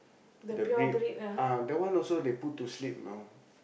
the breed ah that one also they put to sleep you know